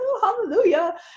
hallelujah